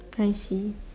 I see